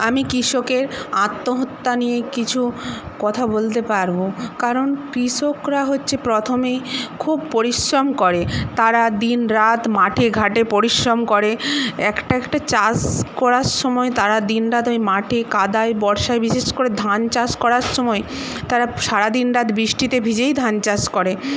আমি কৃষকের আত্মহত্যা নিয়ে কিছু কথা বলতে পারবো কারণ কৃষকরা হচ্ছে প্রথমেই খুব পরিশ্রম করে তারা দিনরাত মাঠে ঘাটে পরিশ্রম করে একটা একটা চাষ করার সময় তারা দিনরাত ওই মাঠে কাদায় বর্ষায় বিশেষ করে ধান চাষ করার সময় তারা সারা দিন রাত বৃষ্টিতে ভিজেই ধান চাষ করে